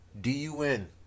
D-U-N